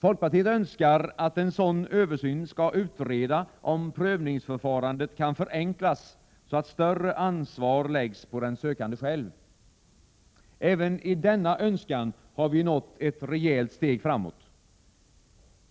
Folkpartiet önskar att man i en sådan översyn skall utreda om prövningsförfarandet kan förenklas, så att större ansvar läggs på den sökande själv. Även när det gäller denna önskan har vi tagit ett rejält steg framåt.